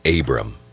Abram